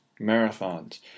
marathons